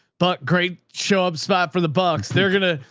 but great. chubb's spot for the bucks. they're going to,